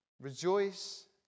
Rejoice